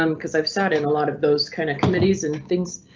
um cause i've sat in a lot of those kind of committees and things.